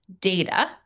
data